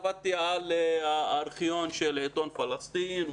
עבדתי על הארכיון של עיתון 'פלסטין',